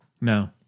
No